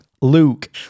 Luke